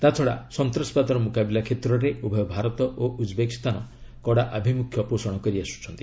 ତା'ଛଡ଼ା ସନ୍ତାସବାଦର ମୁକାବିଲା କ୍ଷେତ୍ରରେ ଉଭୟ ଭାରତ ଓ ଉଜ୍ବେକିସ୍ତାନ କଡ଼ା ଆଭିମୁଖ୍ୟ ଗ୍ରହଣ କରିଆସୁଛନ୍ତି